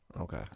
Okay